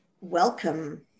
welcome